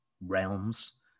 realms